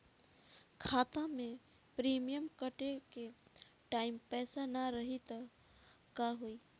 खाता मे प्रीमियम कटे के टाइम पैसा ना रही त का होई?